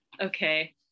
Okay